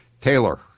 Taylor